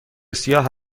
سیاه